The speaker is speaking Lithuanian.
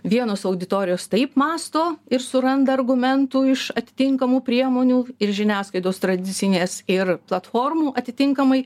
vienos auditorijos taip mąsto ir suranda argumentų iš atitinkamų priemonių ir žiniasklaidos tradicinės ir platformų atitinkamai